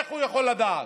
איך הוא יכול לדעת?